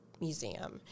museum